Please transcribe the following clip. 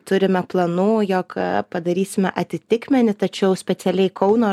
turime planų jog padarysime atitikmenį tačiau specialiai kauno